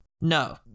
No